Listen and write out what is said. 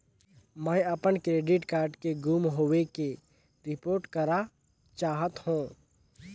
मैं अपन debit card के गुम होवे के रिपोर्ट करा चाहत हों